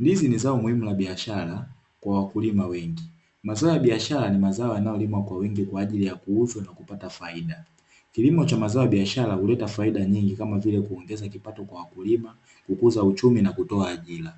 Ndizi ni zao muhimu la biashara kwa wakulima wengi. Mazao ya biashara ni mazao yanayolimwa kwa wingi kwa ajili ya kuuzwa na kupata faida. Kilimo cha mazao ya biashara huleta faida nyingi kama vile: kuongeza kipato kwa wakulima, kukuza uchumi na kutoa ajira.